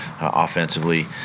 offensively